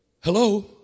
Hello